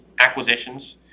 acquisitions